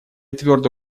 твердо